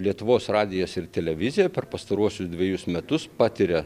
lietuvos radijas ir televizija per pastaruosius dvejus metus patiria